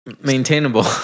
maintainable